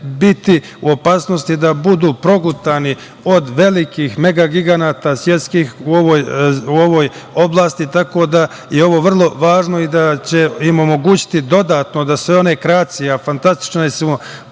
biti u opasnosti da budu progutani od velikih mega giganata svetskih u ovoj oblasti. Tako da je ovo vrlo važno i da će im omogućiti dodatno da se one kreacije, a fantastični smo